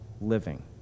living